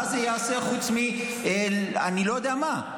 מה זה יעשה חוץ מאני לא יודע מה?